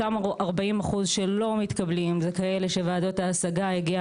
אותם 40% שלא מתקבלים זה כאלה שוועדות ההשגה הגיע